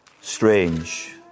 strange